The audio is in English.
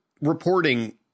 reporting